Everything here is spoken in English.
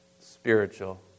spiritual